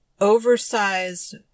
oversized